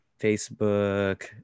facebook